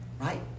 Right